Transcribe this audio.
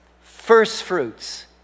firstfruits